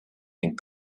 ning